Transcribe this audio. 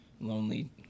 lonely